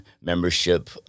membership